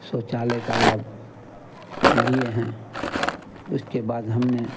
शौचालय का लाभ लिए हैं उसके बाद हमने